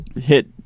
hit